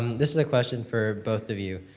um this is a question for both of you.